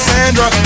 Sandra